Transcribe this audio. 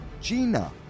Gina